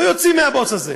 לא יוצאים מהבוץ הזה.